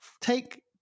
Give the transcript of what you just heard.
take